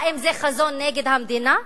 האם זה חזון נגד המדינה,